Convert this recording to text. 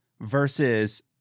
versus